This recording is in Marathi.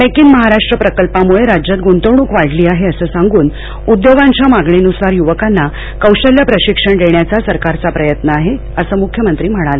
मेक इन महाराष्ट्र प्रकल्पामुळे राज्यात गुंतवणूक वाढली आहे असं सांगून उद्योगांच्या मागणीन्सार युवकांना कौशल्य प्रशिक्षण देण्याचा सरकारचा प्रयत्न आहे असं मुख्यमंत्री म्हणाले